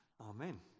Amen